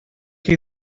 chi